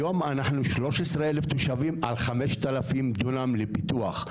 היום אנחנו 13,000 תושבים על 5,000 דונם לפיתוח.